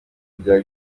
bya